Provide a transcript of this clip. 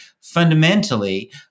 fundamentally